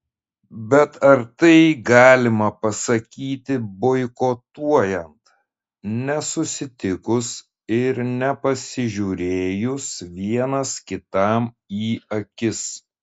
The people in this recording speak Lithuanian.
bet ar tai galima pasakyti boikotuojant nesusitikus ir nepasižiūrėjus vienas kitam į akis